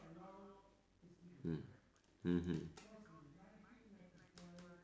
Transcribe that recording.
mm mmhmm